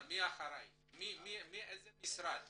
אבל איזה משרד אחראי?